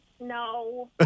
No